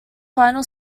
final